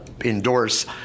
endorse